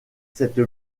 cette